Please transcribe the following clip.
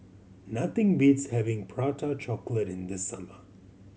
nothing beats having Prata Chocolate in the summer